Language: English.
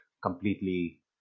completely